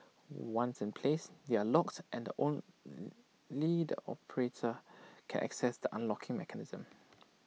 once in place they are locked and only the operator can access the unlocking mechanism